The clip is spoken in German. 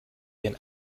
ihren